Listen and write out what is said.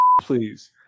Please